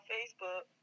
Facebook